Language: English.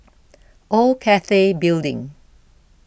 Old Cathay Building